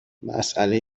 مسئله